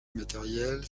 immatériel